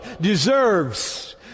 deserves